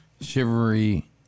Chivalry